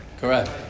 Correct